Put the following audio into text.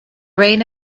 reign